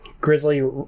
Grizzly